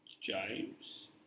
James